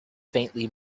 faintly